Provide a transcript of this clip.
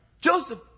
Joseph